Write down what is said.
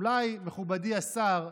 אולי, מכובדי השר,